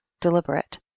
deliberate